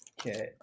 Okay